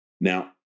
Now